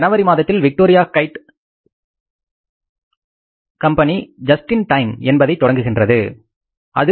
ஜனவரி மாதத்தில் Victoria kite just in time என்பதை தொடங்குகின்றது JIT